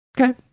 Okay